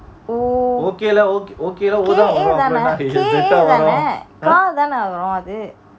oh K A தான:thaana K A தான கா தான வரும் அது:thaana kaa thaana varum athu